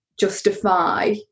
justify